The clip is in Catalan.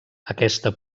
aquesta